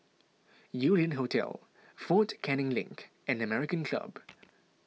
Yew Lian Hotel fort Canning Link and American Club